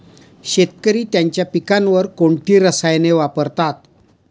शेतकरी त्यांच्या पिकांवर कोणती रसायने वापरतात?